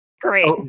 Great